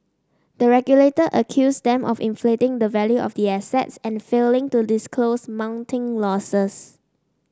the regulator accused them of inflating the value of the assets and failing to disclose mounting losses